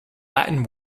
latin